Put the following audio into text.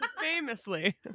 Famously